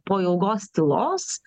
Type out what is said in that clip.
po ilgos tylos